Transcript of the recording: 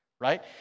Right